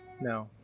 No